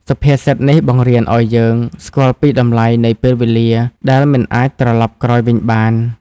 សុភាសិតនេះបង្រៀនឱ្យយើងស្គាល់ពីតម្លៃនៃពេលវេលា ដែលមិនអាចត្រលប់ក្រោយវិញបាន។